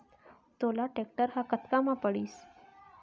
तोला टेक्टर ह कतका म पड़िस?